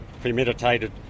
premeditated